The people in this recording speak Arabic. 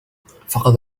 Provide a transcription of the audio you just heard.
فقد